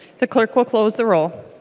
the clerk will close the roll.